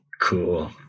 Cool